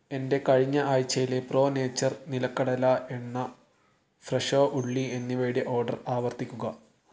എന്റെ കഴിഞ്ഞ ആഴ്ചയിലെ പ്രോ നേച്ചർ നിലക്കടല എണ്ണ ഫ്രെഷോ ഉള്ളി എന്നിവയുടെ ഓർഡർ ആവർത്തിക്കുക